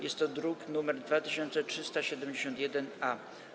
Jest to druk nr 2371-A.